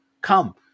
come